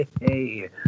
Hey